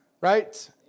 right